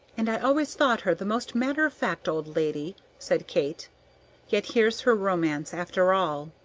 and i always thought her the most matter-of-fact old lady, said kate yet here's her romance, after all.